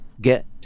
get